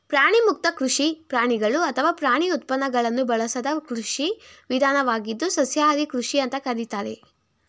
ಪ್ರಾಣಿಮುಕ್ತ ಕೃಷಿ ಪ್ರಾಣಿಗಳು ಅಥವಾ ಪ್ರಾಣಿ ಉತ್ಪನ್ನಗಳನ್ನು ಬಳಸದ ಕೃಷಿ ವಿಧಾನವಾಗಿದ್ದು ಸಸ್ಯಾಹಾರಿ ಕೃಷಿ ಅಂತ ಕರೀತಾರೆ